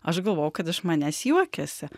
aš galvojau kad iš manęs juokiasi